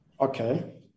Okay